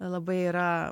labai yra